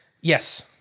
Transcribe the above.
Yes